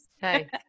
Hey